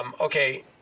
okay